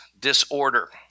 disorder